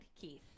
Keith